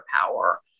power